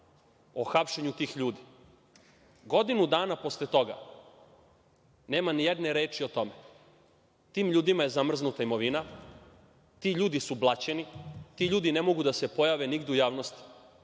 o hapšenju tih ljudi. Godinu dana posle toga, nema nijedne reči o tome. Tim ljudima je zamrznuta imovina. Ti ljudi su blaćeni. Ti ljudi ne mogu da se pojave nigde u javnosti,